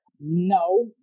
No